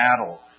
battle